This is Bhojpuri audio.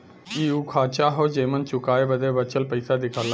इ उ खांचा हौ जेमन चुकाए बदे बचल पइसा दिखला